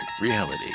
Reality